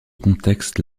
contexte